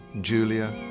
julia